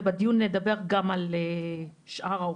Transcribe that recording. ובדיון נדבר גם על שאר האוכלוסיות,